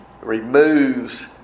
removes